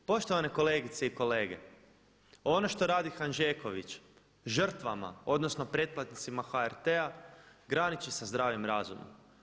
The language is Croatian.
Poštovane kolegice i kolege, ono što radi Hanžeković žrtvama odnosno pretplatnicima HRT-a graniči sa zdravim razumom.